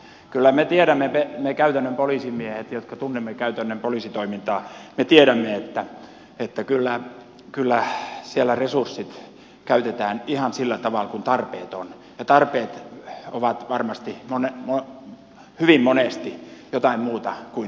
kyllä me tiedämme me käytännön poliisimiehet jotka tunnemme käytännön poliisitoimintaa että kyllä siellä resurssit käytetään ihan sillä tavalla kuin tarpeet ovat ja tarpeet ovat varmasti hyvin monesti jotain muuta kuin liikenteenvalvonta